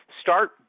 Start